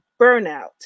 burnout